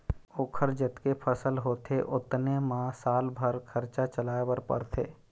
ओखर जतके फसल होथे ओतने म साल भर खरचा चलाए बर परथे